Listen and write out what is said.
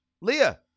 Leah